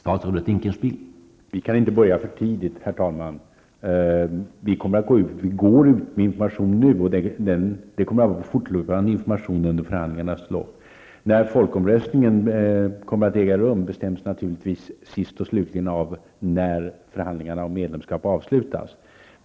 Herr talman! Vi kan inte börja för tidigt. Men vi går ut med information nu, och det kommer vi att göra fortlöpande under förhandlingarnas lopp. När folkomröstningen kommer att äga rum bestäms naturligtvis sist och slutligen av när förhandlingarna om medlemskap avslutas.